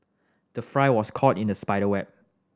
the fly was caught in the spider web